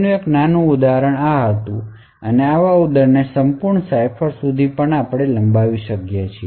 આ એક નાનું ઉદાહરણ હતું અને આવા ઉદાહરણને સંપૂર્ણ સાઇફર સુધી લંબાવી શકાય છે